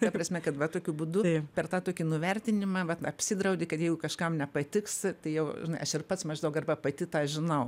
ta prasme kad va tokiu būdu per tą tokį nuvertinimą vat apsidraudi kad jeigu kažkam nepatiks tai jau aš ir pats maždaug arba pati tą žinau